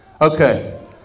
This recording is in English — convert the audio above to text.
Okay